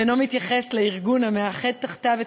ואינו מתייחס לארגון המאחד תחתיו את